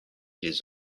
les